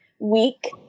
week